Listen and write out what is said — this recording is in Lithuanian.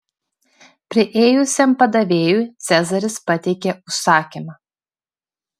priėjusiam padavėjui cezaris pateikė užsakymą